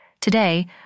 Today